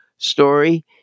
story